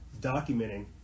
documenting